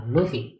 Luffy